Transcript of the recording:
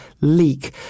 leak